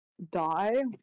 die